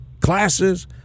classes